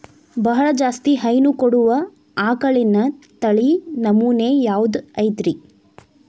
ಬಹಳ ಜಾಸ್ತಿ ಹೈನು ಕೊಡುವ ಆಕಳಿನ ತಳಿ ನಮೂನೆ ಯಾವ್ದ ಐತ್ರಿ?